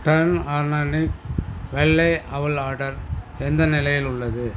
turn organic வெள்ளை அவல் order எந்த நிலையில் உள்ளது